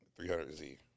300Z